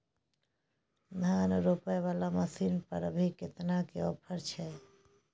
धान रोपय वाला मसीन पर अभी केतना के ऑफर छै?